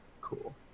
Cool